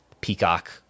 peacock